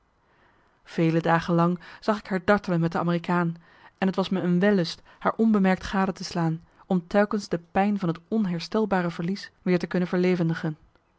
vele dagen lang zag ik haar dartelen met de amerikaan en t was me een wellust haar onbemerkt gade te slaan om telkens de pijn van het onherstelbare verlies weer te kunnen